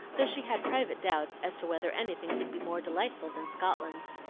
though she had private doubts as to whether anything could be more delightful than scotland.